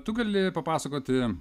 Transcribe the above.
tu gali papasakoti